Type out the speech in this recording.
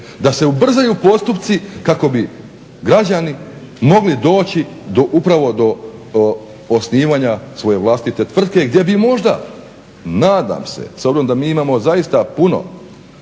da se ubrzaju postupci kako bi građani mogli doći upravo do osnivanja svoje vlastite tvrtke gdje bi možda, nadam se s obzirom da mi imamo zaista puno